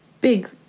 big